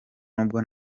nubwo